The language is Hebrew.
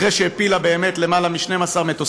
אחרי שהיא הפילה באמת יותר מ-12 מטוסים